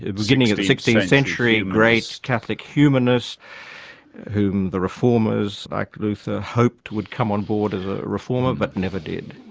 beginning at sixteenth century, great catholic humanist whom the reformers like luther hoped would come on board as a reformer but never did.